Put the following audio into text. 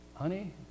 honey